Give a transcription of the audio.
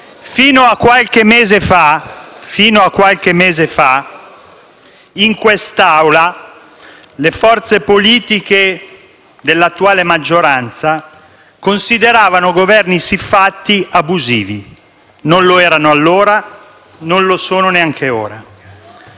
Fino a qualche mese fa in quest'Aula le forze politiche dell'attuale maggioranza consideravano Governi siffatti abusivi: non lo erano allora, non lo sono neanche ora.